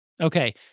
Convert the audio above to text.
Okay